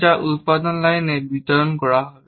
যা উৎপাদন লাইনে বিতরণ করা হবে